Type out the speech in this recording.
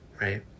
right